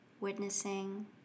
witnessing